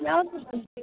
ಯಾವ್ದ್ರ ಬಗ್ಗೆ